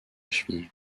cheville